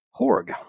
horg